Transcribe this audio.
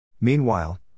Meanwhile